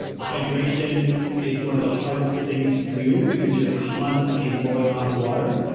hydration is one of the hardest things to do because you're constantly blowing off water,